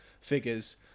figures